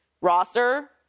roster